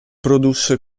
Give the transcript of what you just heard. produsse